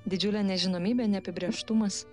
didžiulė nežinomybė neapibrėžtumas